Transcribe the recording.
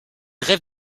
rêve